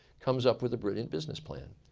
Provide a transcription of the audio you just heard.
comes up with a brilliant business plan.